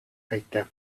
baita